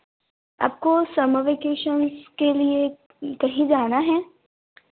आपको summer vacations के लिए कहीं जाना है